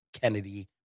Kennedy